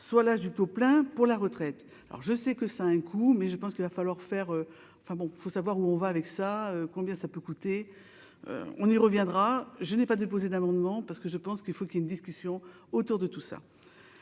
soit l'âge du taux plein pour la retraite, alors je sais que ça a un coût, mais je pense qu'il va falloir faire enfin bon, faut savoir où on va avec ça, combien ça peut coûter, on y reviendra, je n'ai pas déposé d'amendement parce que je pense qu'il faut qu'il y ait une discussion autour de tout ça,